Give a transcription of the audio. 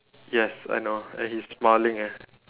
yes I know and he's smiling eh